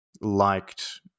liked